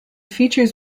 features